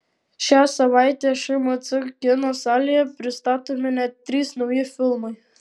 šią savaitę šmc kino salėje pristatomi net trys nauji filmai